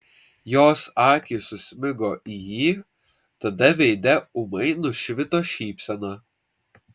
jos akys susmigo į jį tada veide ūmai nušvito šypsena